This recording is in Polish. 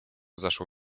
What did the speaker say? zaszło